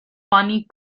funny